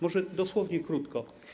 Może dosłownie krótko.